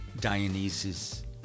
Dionysus